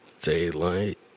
Daylight